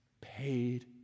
paid